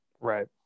Right